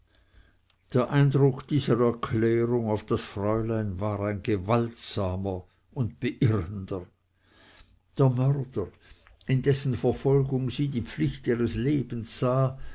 der eindruck dieser erklärung auf das fräulein war ein gewaltsamer und beirrender der mörder in dessen verfolgung sie die pflicht ihres lebens sah